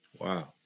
Wow